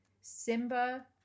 Simba